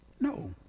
No